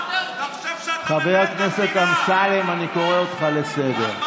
חבר הכנסת אמסלם, אני קורא אותך לסדר.